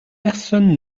personne